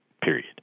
period